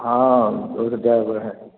हाँ वो तो जाएगा है